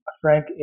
Frank